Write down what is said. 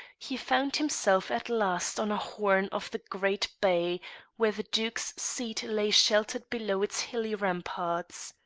he found himself at last on a horn of the great bay where the duke's seat lay sheltered below its hilly ramparts.